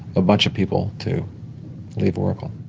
a bunch of people to leave oracle.